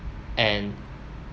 and